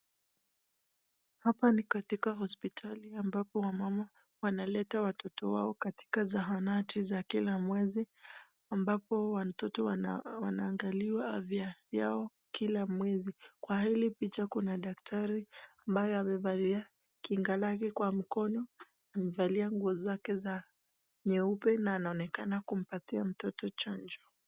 Hapa ni katika hospitali ambapo wamama wanaleta watoto wao katika zahanati za kila mwezi ambapo watoto wanaangaliwa afya yao kila mwezi. Kwa hili picha kuna daktari ambayo amevalia kinga lake kwa mkono na amevalia nguo zake za nyeupe na anaonekana kumpatia mtoto chanjo.